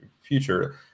future